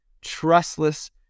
trustless